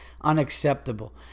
Unacceptable